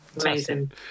Amazing